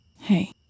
Hey